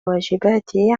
واجباتي